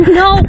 no